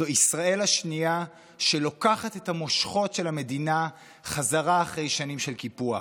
זו ישראל השנייה שלוקחת את המושכות של המדינה בחזרה אחרי שנים של קיפוח.